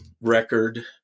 record